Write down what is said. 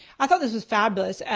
i thought this was fabulous.